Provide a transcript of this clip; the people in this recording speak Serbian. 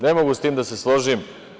Ne mogu s tim da se složim.